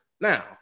Now